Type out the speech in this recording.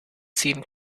ziehen